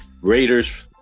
Raiders